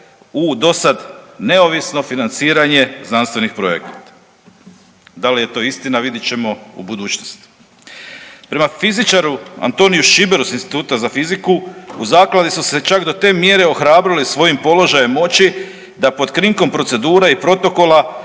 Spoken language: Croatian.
u dosad neovisno financiranje znanstvenih projekata. Da li je to istina vidjet ćemo u budućnosti. Prema fizičaru Antoniju Šiberu s Instituta za fiziku u zakladi su se čak do te mjere ohrabrili svojim položajem moći da pod krinkom procedure i protokola